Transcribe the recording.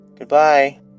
Goodbye